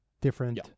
different